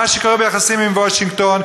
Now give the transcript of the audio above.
מה שקורה ביחסים עם וושינגטון,